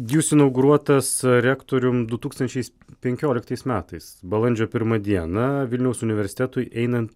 jūs nauguruotas rektorium du tūkstančiais penkioliktais metais balandžio pirmą dieną vilniaus universitetui einant